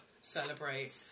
celebrate